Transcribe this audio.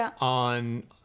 on